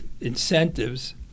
incentives